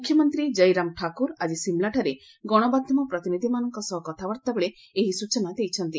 ମୁଖ୍ୟମନ୍ତ୍ରୀ କୟିରାମ୍ ଠାକୁର ଆଜି ସିମ୍ଳାଠାରେ ଗଣମାଧ୍ୟମ ପ୍ରତିନିଧିମାନଙ୍କ ସହ କଥାବାର୍ତ୍ତାବେଳେ ଏହି ସ୍ଟଚନା ଦେଇଛନ୍ତି